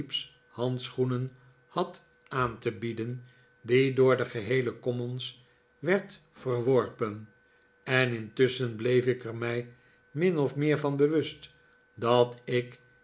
handschoenen had aan te bieden die door de geheele commons werd verworpen en intusschen bleef ik er mij min of meer van bewust dat ik